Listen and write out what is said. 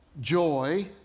joy